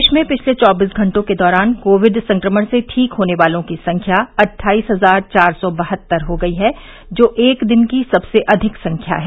देश में पिछले चौबीस घंटों के दौरान कोविड संक्रम ण से ठीक होने वालों की संख्या अट्ठाइस हजार चार सौ बहत्तर हो गई है जो एक दिन की सबसे अधिक संख्या है